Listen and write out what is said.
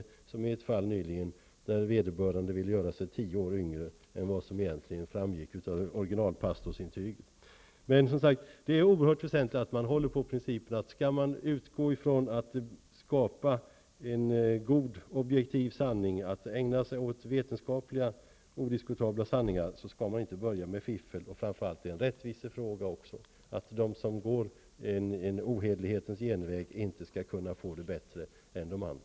det fall som avslöjades nyligen där vederbörande ville göra sig tio år yngre än vad som framgick av originalintyget. Det är oerhört väsentligt att hålla sig till principen att inte fiffla om man vill ägna sig åt att skapa goda, objektiva, vetenskapliga och odiskutabla sanningar. Det här är framför allt en rättvisefråga. De som går en ohederlighetens genväg skall inte få det bättre än andra.